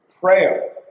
prayer